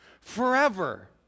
forever